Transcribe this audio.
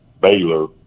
Baylor